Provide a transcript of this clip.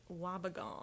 wabagong